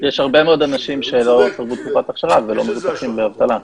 יש הרבה מאוד אנשים שלא צברו תקופת אכשרה ולא מבוטחים באבטלה.